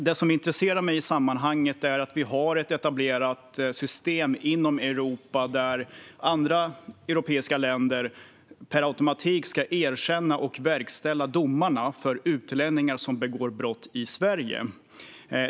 Det som intresserar mig i sammanhanget är att vi har ett etablerat system inom Europa där andra europeiska länder per automatik ska erkänna och verkställa domarna för utlänningar som begår brott i Sverige.